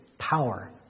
Power